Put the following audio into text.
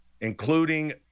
including